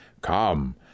Come